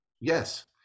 Yes